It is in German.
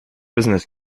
business